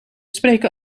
spreken